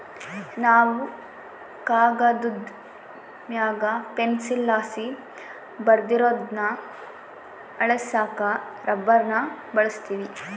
ನಾವು ಕಾಗದುದ್ ಮ್ಯಾಗ ಪೆನ್ಸಿಲ್ಲಾಸಿ ಬರ್ದಿರೋದ್ನ ಅಳಿಸಾಕ ರಬ್ಬರ್ನ ಬಳುಸ್ತೀವಿ